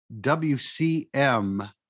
WCM